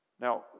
Now